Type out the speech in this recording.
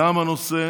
גם בנושא